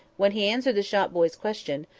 when he answered the shop-boy's question,